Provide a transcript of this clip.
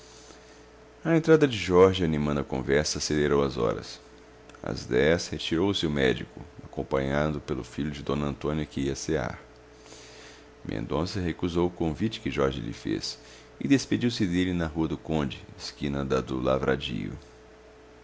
a entrada de jorge animando a conversa acelerou as horas às dez retirou-se o médico acompanhado pelo filho de d antônia que ia cear mendonça recusou o convite que jorge lhe fez e despediu-se dele na rua do conde esquina da do lavradio